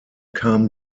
kam